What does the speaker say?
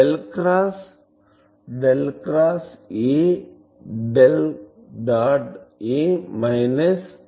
del cross del cross A del del dot A minus del square ఎdel cross del x A Del Del